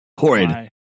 Horrid